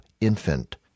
infant